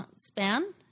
span